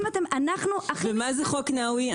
ומה זה חוק נאווי?